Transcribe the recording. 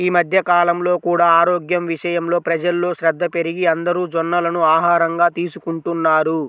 ఈ మధ్య కాలంలో కూడా ఆరోగ్యం విషయంలో ప్రజల్లో శ్రద్ధ పెరిగి అందరూ జొన్నలను ఆహారంగా తీసుకుంటున్నారు